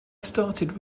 started